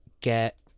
get